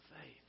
faith